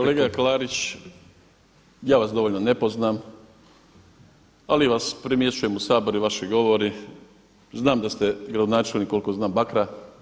Kolega Klarić, ja vas dovoljno ne poznam, ali vas primjećujem u Saboru i vaši govori, znam da ste gradonačelnik koliko znam Bakra.